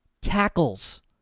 tackles